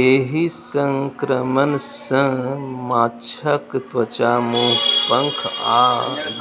एहि संक्रमण सं माछक त्वचा, मुंह, पंख आ